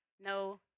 no